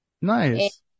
Nice